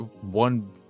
one